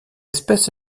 espèce